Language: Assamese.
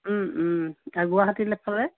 গুৱাহাটীৰ ফালে